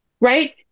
right